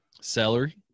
celery